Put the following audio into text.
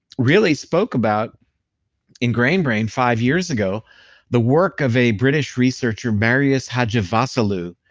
really spoke about in grain brain five years ago the work of a british researcher, marios hadjivassiliou,